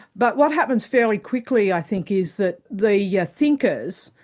but what happens fairly quickly i think is that the yeah thinkers,